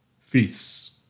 Feasts